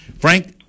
Frank